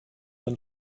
than